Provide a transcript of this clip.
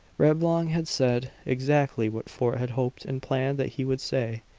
reblong had said exactly what fort had hoped and planned that he would say.